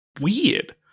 weird